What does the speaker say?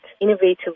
innovative